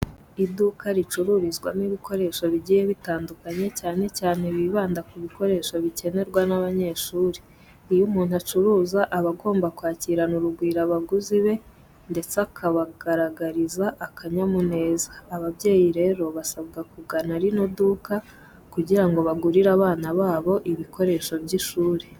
Iduka ricururizwamo ibikoresho bigiye bitandukanye cyane cyane bibanda ku bikoresho bikenerwa n'abanyeshuri. Iyo umuntu acuruza aba agomba kwakirana urugwiro abaguzi be ndetse akabagaragariza akanyamuneza. Ababyeyi rero basabwa kugana rino duka kugira ngo bagurire abana babo ibikoresho by'ishuri.